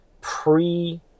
pre